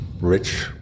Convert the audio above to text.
rich